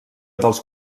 dels